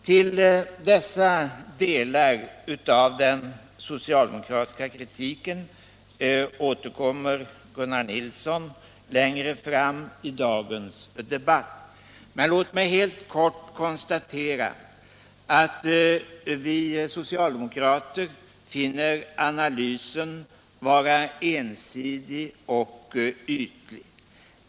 Till dessa delar av den so cialdemokratiska kritiken återkommer Gunnar Nilsson längre fram i dagens debatt. Låt mig helt kort konstatera att vi socialdemokrater finner analysen vara ensidig och ytlig.